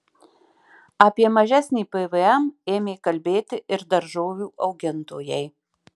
apie mažesnį pvm ėmė kalbėti ir daržovių augintojai